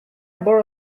borrow